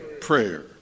prayer